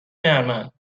نرمن